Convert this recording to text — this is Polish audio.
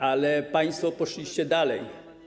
Ale państwo poszliście dalej.